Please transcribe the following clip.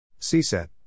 CSET